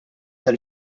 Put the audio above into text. tal